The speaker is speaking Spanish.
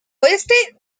oeste